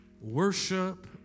worship